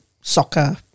soccer